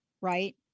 right